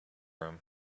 room